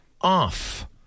off